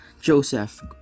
Joseph